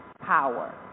power